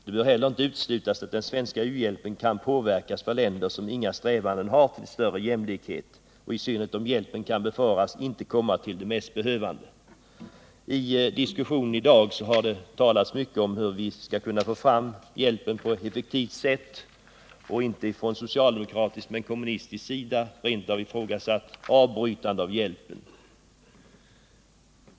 Det bör heller inte uteslutas att den svenska u-hjälpen kan påverkas för länder som inga strävanden har till större jämlikhet, i synnerhet om hjälpen kan befaras inte komma till de mest behövande. I dagens diskussion har det talats mycket om hur vi skall kunna få fram hjälpen på ett effektivt sätt. Inte från socialdemokratiskt håll men från kommunistiskt har man rent av ifrågasatt ett avbrytande av hjälpen.